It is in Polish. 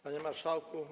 Panie Marszałku!